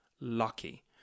lucky